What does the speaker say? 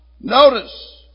notice